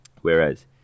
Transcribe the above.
whereas